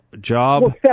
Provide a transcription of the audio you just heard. job